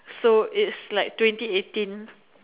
so it's like twenty eighteen